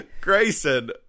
Grayson